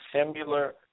similar